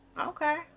Okay